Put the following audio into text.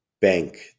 bank